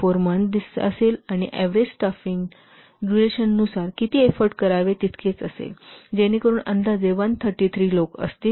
4 month असेल आणि average staffing डुरेशननुसार किती एफोर्ट करावे तितकेच असेल जेणेकरून अंदाजे 133 लोक असतील